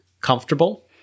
comfortable